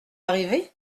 arrivé